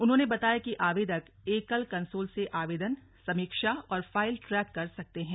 उन्होंने बताया कि आवेदक एकल कंसोल से आवेदन समीक्षा और फाइल ट्रैक कर सकते हैं